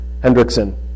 Hendrickson